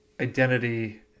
identity